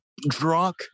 drunk